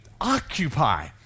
occupy